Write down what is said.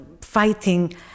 fighting